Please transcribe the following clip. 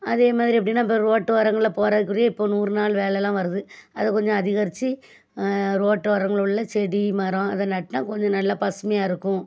அதே மாதிரி எப்படின்னா இப்போ ரோட்டு ஓரங்களில் போகிறதுக்குரிய இப்போ நூறு நாள் வேலைலாம் வருது அது கொஞ்சம் அதிகரித்து ரோட்டு ஓரங்களில் உள்ள செடி மரம் அதை நட்டினா கொஞ்சம் நல்லா பசுமையாக இருக்கும்